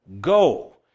go